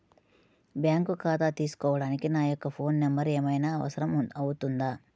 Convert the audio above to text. Bank ఖాతా తీసుకోవడానికి నా యొక్క ఫోన్ నెంబర్ ఏమైనా అవసరం అవుతుందా?